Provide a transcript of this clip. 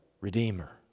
redeemer